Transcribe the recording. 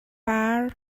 par